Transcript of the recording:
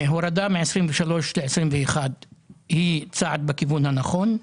הורדה מ-23 ל-21 היא צעד בכיוון הנכון,